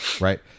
Right